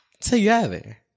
together